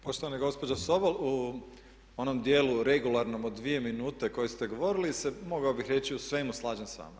Poštovana gospođo Sobol u onom dijelu regularnom od 2 minute koje ste govorili se mogao bih reći u svemu slažem s vama.